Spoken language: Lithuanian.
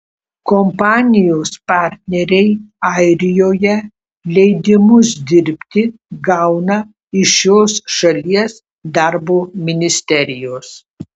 kompanijos partneriai airijoje leidimus dirbti gauna iš šios šalies darbo ministerijos